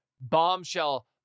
bombshell